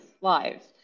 lives